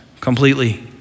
completely